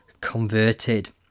converted